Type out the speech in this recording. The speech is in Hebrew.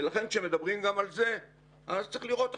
ולכן כשמדברים גם על זה אז צריך לראות איך